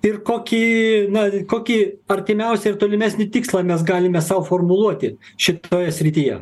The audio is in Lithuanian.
ir kokį na kokį artimiausią ir tolimesnį tikslą mes galime sau formuluoti šitoje srityje